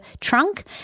trunk